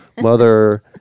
Mother